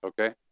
okay